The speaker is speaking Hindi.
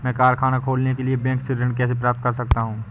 मैं कारखाना खोलने के लिए बैंक से ऋण कैसे प्राप्त कर सकता हूँ?